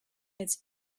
its